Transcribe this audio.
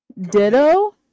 Ditto